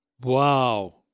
Wow